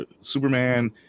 Superman